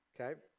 Okay